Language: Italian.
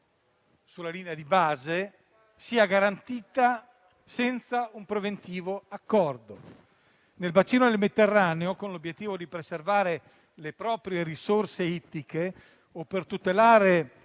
sulla linea di base, sia garantita senza un preventivo accordo. Nel bacino del Mediterraneo, con l'obiettivo di preservare le proprie risorse ittiche o per tutelare